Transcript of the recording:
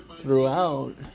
throughout